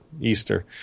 Easter